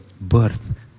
birth